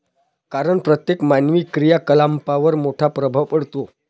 कारण प्रत्येक मानवी क्रियाकलापांवर मोठा प्रभाव पडतो